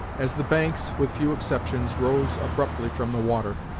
as the banks, with few exceptions, rose abruptly from the water,